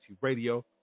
radio